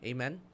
Amen